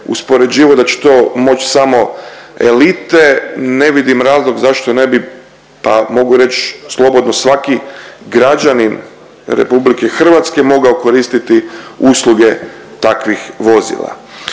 uspoređivao da će to moći samo elite, ne vidim razlog zašto ne bi pa mogu reći slobodno svaki građanin RH mogao koristiti usluge takvih vozila.